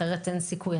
אחרת, אין סיכוי.